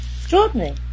Extraordinary